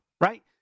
right